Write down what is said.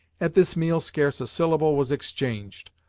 at this meal scarce a syllable was exchanged,